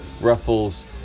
Ruffles